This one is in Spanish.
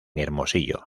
hermosillo